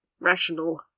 rational